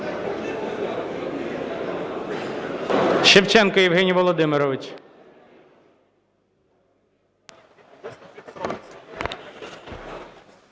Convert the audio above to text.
Шевченко Євгеній Володимирович.